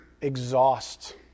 exhaust